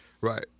Right